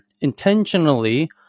intentionally